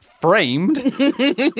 framed